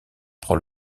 prend